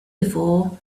before